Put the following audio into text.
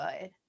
good